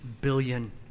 billion